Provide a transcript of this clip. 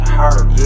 hurt